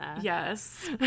yes